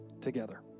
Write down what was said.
together